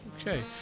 okay